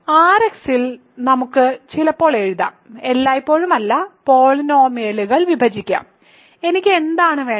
Rx ൽ നമുക്ക് ചിലപ്പോൾ എഴുതാം എല്ലായ്പ്പോഴും അല്ല പോളിനോമിയലുകൾ വിഭജിക്കാം എനിക്ക് എന്താണ് വേണ്ടത്